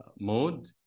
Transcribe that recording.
mode